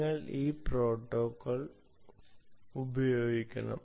നിങ്ങൾ ഈ പ്രോട്ടോക്കോൾ ഉപയോഗിക്കണം